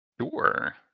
Sure